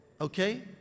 okay